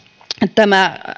tämä